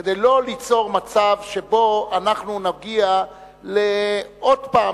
כדי שלא ליצור מצב שבו אנחנו נגיע עוד פעם